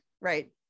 Right